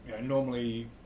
normally